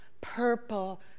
purple